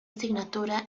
asignatura